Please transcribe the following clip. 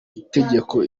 itegeko